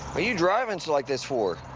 are you driving like this for?